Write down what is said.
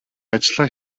ажлаа